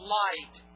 light